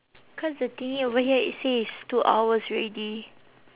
cause the thingy over here it say it's two hours already